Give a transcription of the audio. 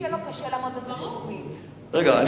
רגע,